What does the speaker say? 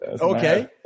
okay